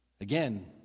Again